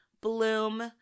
bloom